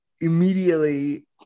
immediately